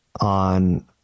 on